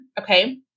Okay